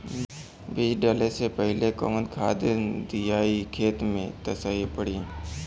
बीज डाले से पहिले कवन खाद्य दियायी खेत में त सही पड़ी?